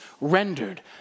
rendered